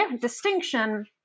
distinction